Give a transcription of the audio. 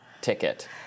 ticket